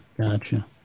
Gotcha